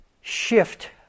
shift